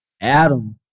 Adam